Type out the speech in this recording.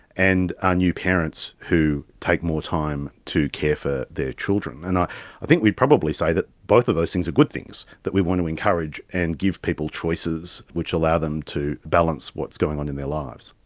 and ah new parents who take more time to care for their children. and i think we'd probably say that both those things are good things that we want to encourage and give people choices which allow them to balance what is going on in their lives.